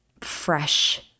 fresh